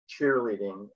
cheerleading